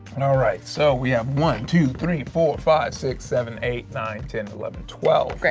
and alright, so we have one, two, three, four, five, six, seven, eight, nine, ten, eleven, twelve. great.